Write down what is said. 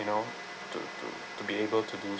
you know to to to be able to do